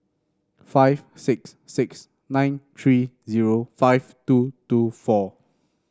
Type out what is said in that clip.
five six six nine three zero five two two four